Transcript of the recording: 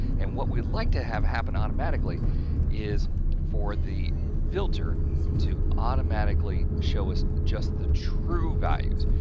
and what we'd like to have happen automatically is for the filter to automatically show us just the true values,